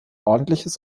ordentliches